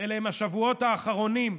אלה הם השבועות האחרונים,